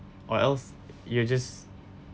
or else you're just